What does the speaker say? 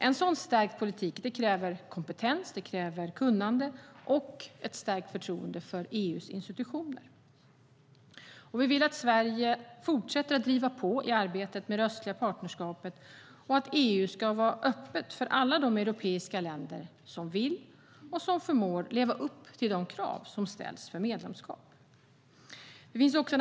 En sådan stärkt gemensam politik kräver kompetens, kunnande och ett stärkt förtroende för EU:s institutioner. Vi vill att Sverige fortsätter att driva på i arbetet med det östliga partnerskapet och att EU ska vara öppet för alla de europeiska länder som vill och förmår leva upp till de krav som ställs för medlemskap.